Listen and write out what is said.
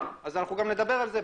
אז אנחנו גם נדבר על זה.